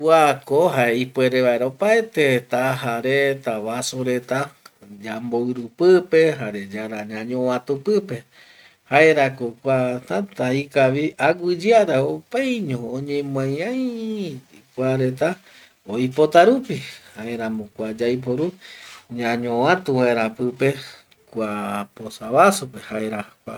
Kuako jae ipuere vaera opaete taja reta, vaso reta yamboiru pipe jare ñañovatu pipe jaerako kua täta ikavi aguiyeara opaiño oñemoai ai kua reta oipota rupi, jaeramo kua yaiporu ñañovatu vaera pipe kua porta vasope jaera kua